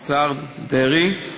השר דרעי,